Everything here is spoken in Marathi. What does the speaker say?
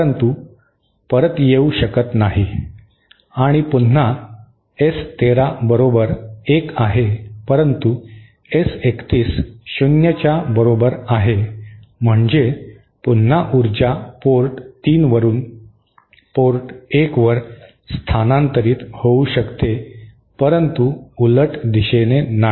परंतु परत येऊ शकत नाही आणि पुन्हा एस 13 बरोबर 1 आहे परंतु एस 31 शून्यच्या बरोबर आहे म्हणजे पुन्हा ऊर्जा पोर्ट 3 वरून पोर्ट 1 वर स्थानांतरित होऊ शकते परंतु उलट दिशेने नाही